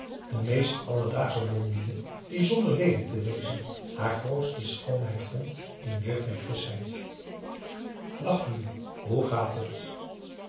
de meest alledaagsche blondine die zonder leelijk te wezen haar grootste schoonheid vond in jeugd en frischheid dag louis hoe gaat het